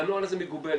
והנוהל הזה מגובה,